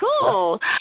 cool